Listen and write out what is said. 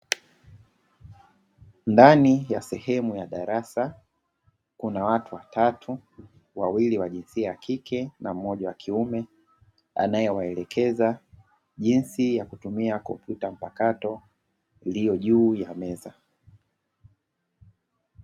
Ndani ya sehemu ya darasa kuna watu watatu, wawili wa jinsia ya kike na mmoja wa kiume, anayewaelekeza jinsi ya kutumia kompyuta mpakato iliyo juu ya meza.